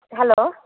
hello